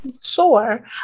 Sure